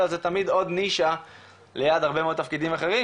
אלא זה תמיד עוד נישה ליד הרבה מאוד תפקידים אחרים,